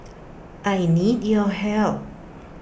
I need your help